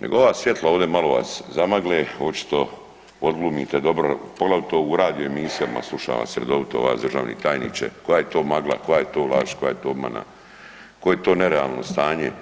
nego ova svjetla ovdje malo vas zamagle, očito odglumio dobro, poglavito u radio emisijama slušam vas redovito, vas državni tajniče, koja je to magla, koja je to laž, koja je to obmana koje je to nerealno stanje.